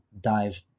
dive